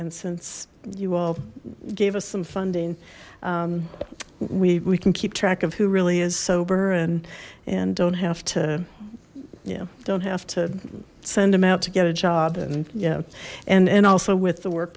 and since you all gave us some funding we can keep track of who really is sober and and don't have to you know don't have to send them out to get a job and yeah and and also with the work